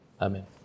Amen